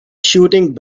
shooting